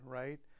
right